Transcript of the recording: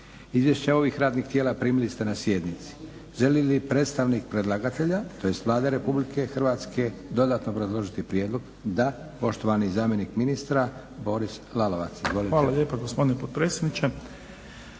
Izvješća ovih radnih tijela primili ste na sjednici. Želi li predstavnik predlagatelja, tj. Vlade Republike Hrvatske dodatno obrazložiti prijedlog? Da. Poštovani zamjenik ministra Boris Lalovac. **Lalovac, Boris** Hvala lijepo gospodine potpredsjedniče.